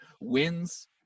wins